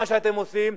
מה שאתם עושים,